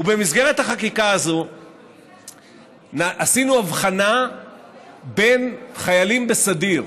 ובמסגרת החקיקה הזו עשינו הבחנה בין חיילים בסדיר,